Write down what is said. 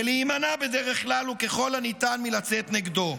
ולהימנע בדרך כלל וככל הניתן מלצאת נגדו.